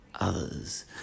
others